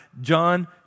John